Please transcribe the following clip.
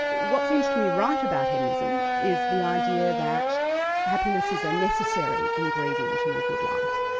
what seems to me right about hedonism is the idea that happiness is a necessary ingredient in the good life.